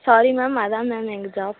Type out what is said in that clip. sorry ma'am அதான் ma'am எங்கள் job